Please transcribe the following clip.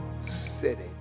city